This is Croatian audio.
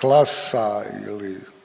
Classa ili